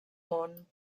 món